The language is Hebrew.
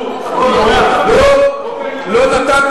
לא נתת